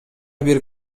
бир